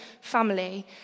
family